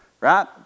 right